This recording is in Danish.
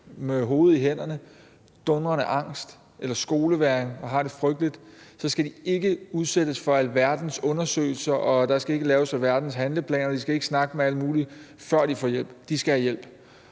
med hovedet i hænderne, med dundrende angst eller skolevægring og har det frygteligt, den ret til ikke at skulle udsættes for alverdens undersøgelser, der skal ikke laves alverdens handleplaner, og de skal ikke snakke med alle mulige, før de får hjælp – de skal have hjælp.